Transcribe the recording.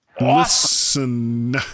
Listen